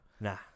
Nah